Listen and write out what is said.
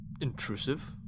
intrusive